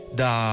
da